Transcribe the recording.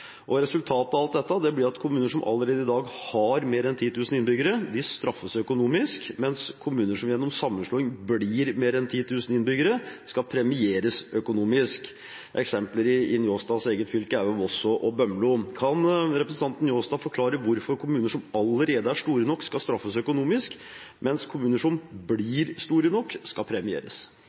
innbyggere. Resultatet av dette blir at kommuner som allerede i dag har mer enn 10 000 innbyggere, straffes økonomisk, mens kommuner som gjennom sammenslåing får mer enn 10 000 innbyggere, skal premieres økonomisk. Eksempler i Njåstads eget fylke er Voss og Bømlo. Kan representanten Njåstad forklare hvorfor kommuner som allerede er store nok, skal straffes økonomisk, mens kommuner som blir store nok, skal premieres?